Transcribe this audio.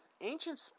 ancient